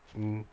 mm